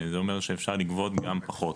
זה אומר שאפשר לגבות גם פחות.